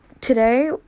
today